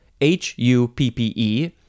h-u-p-p-e